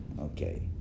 Okay